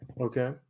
Okay